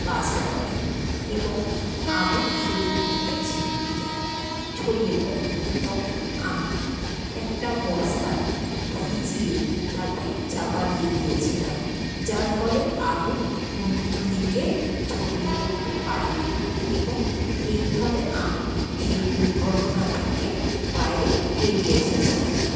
burst করে এবং আগুন চতুর্দিকে ছিটকে যায় ছড়িয়ে পড়ে তখন আমি একটা বস্তা ভিজিয়ে তাতে চাপা দিয়ে দিয়েছিলাম যার ফলে আগুন অন্য দিকে ছড়িয়ে পড়তে পারে নি এবং এইভাবে আমি সেই দুর্ঘটনা থেকে বাইরে বেরিয়ে এসেছিলাম